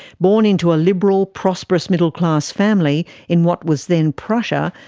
born into a liberal, prosperous middleclass family in what was then prussia,